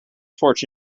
torch